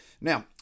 Now